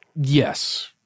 Yes